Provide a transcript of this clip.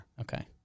Okay